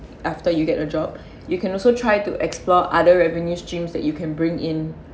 after you get a job you can also try to explore other revenue streams that you can bring in